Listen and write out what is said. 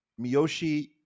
Miyoshi